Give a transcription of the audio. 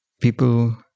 people